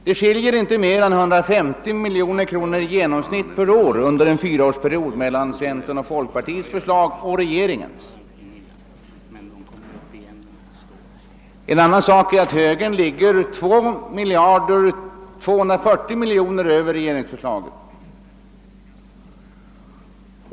Det skiljer inte mer än 150 miljoner kronor i genomsnitt per år under en fyraårsperiod mellan å ena sidan centerns och folkpartiets förslag samt å andra sidan regeringens förslag. En annan sak är att högerns bud för en 4-årsperiod ligger 2 240 miljoner över regeringsförslaget.